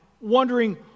wondering